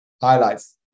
highlights